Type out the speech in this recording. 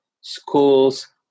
schools